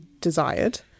desired